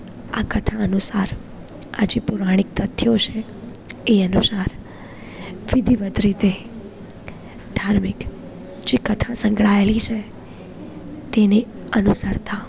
આ કથા અનુસાર આજે પૌરાણિક તથ્યો છે એ અનુસાર વિધિવત રીતે ધાર્મિક જે કથા સંકળાયેલી છે તેને અનુસરતા